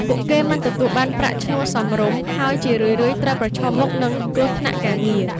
ពួកគេមិនទទួលបានប្រាក់ឈ្នួលសមរម្យ ហើយជារឿយៗត្រូវប្រឈមមុខនឹងគ្រោះថ្នាក់ការងារ។